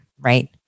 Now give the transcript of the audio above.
Right